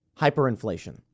Hyperinflation